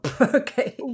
okay